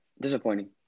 disappointing